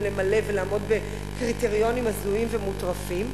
למלא ולעמוד בקריטריונים הזויים ומוטרפים,